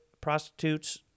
prostitutes